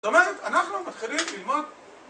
זאת אומרת אנחנו מתחילים ללמוד